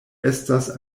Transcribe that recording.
estas